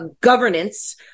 Governance